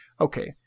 okay